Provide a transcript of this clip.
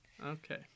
Okay